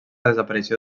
desaparició